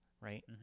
right